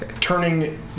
turning